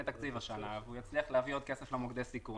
תקציב השנה והוא יצליח להביא עוד כסף למוקדי סיכון,